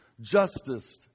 Justice